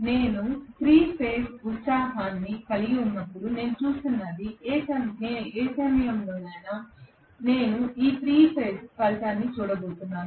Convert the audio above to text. నేను 3 ఫేజ్ ఉత్సాహాన్ని కలిగి ఉన్నప్పుడు నేను చూస్తున్నది ఏ సమయంలోనైనా నేను ఈ 3 ఫేజ్ ఫలితాన్ని చూడబోతున్నాను